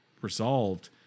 resolved